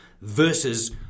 versus